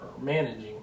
managing